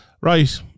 Right